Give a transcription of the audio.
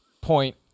point